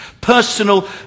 personal